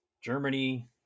Germany